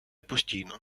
постійно